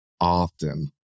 often